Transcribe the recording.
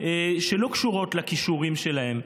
שלא קשורות לכישורים שלהם,